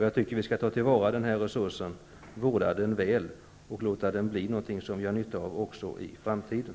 Jag tycker att vi skall ta till vara den här resursen, vårda den väl, och låta den bli något som vi har nytta av också i framtiden.